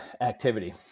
activity